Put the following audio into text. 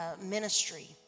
ministry